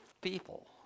people